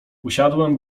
usiadłem